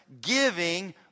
giving